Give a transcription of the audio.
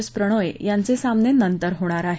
S Prannoy यांचे सामने नंतर होणार आहेत